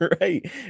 right